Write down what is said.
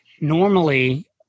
Normally